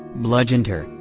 bludgeoned her,